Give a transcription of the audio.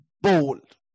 bold